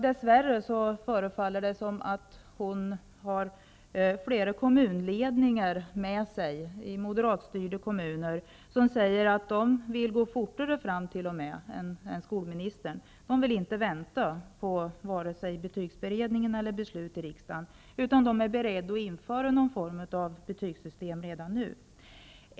Dess värre förefaller det som att hon har flera kommunledningar i moderatstyrda kommuner med sig som t.o.m. vill gå fortare fram än skolministern. De vill inte vänta på vare sig betygsberedningen eller riksdagens beslut, utan de är beredda att införa någon form av betygssystem redan nu.